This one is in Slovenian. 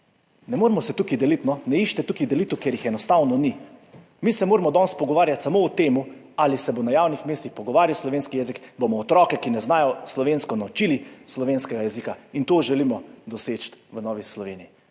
Ne moremo se tukaj deliti, ne iščite tukaj delitev, ker jih enostavno ni. Mi se moramo danes pogovarjati samo o tem, ali se bo na javnih mestih govoril slovenski jezik, ali bomo otroke, ki ne znajo slovensko, naučili slovenskega jezika, in to želimo doseči v Novi Sloveniji.